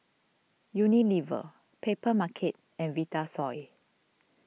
Unilever Papermarket and Vitasoy